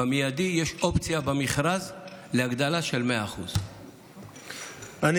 במיידי יש אופציה במכרז להגדלה של 100%. תודה רבה לכם.